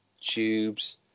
tubes